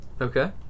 Okay